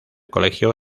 colegio